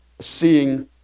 seeing